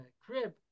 crib